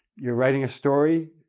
you're writing a story,